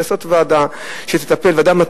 בנתב"ג,